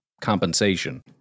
compensation